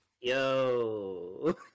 Yo